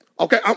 Okay